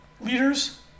leaders